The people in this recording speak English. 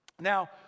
Now